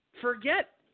forget